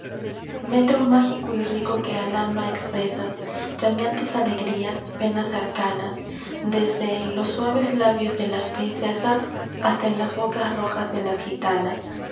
metro mágico y rico que al alma expresas llameantes alegrías penas arcanas desde en los suaves labios de las princesas hasta en las bocas rojas de las gitanas